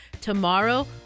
tomorrow